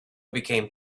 became